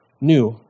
New